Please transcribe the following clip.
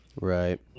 Right